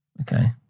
Okay